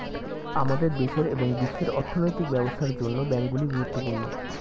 আমাদের দেশের এবং বিশ্বের অর্থনৈতিক ব্যবস্থার জন্য ব্যাংকগুলি গুরুত্বপূর্ণ